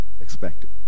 expected